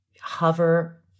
hover